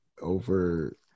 over